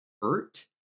hurt